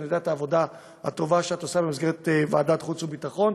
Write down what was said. ואני יודע את העבודה הטובה שאת עושה במסגרת ועדת חוץ וביטחון.